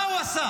מה הוא עשה?